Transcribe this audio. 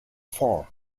four